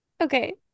Okay